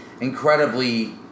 incredibly